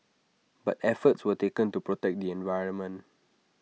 but efforts were taken to protect the environment